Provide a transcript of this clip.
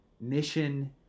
mission